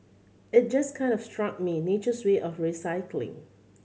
it just kind of struck me nature's way of recycling